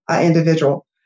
individual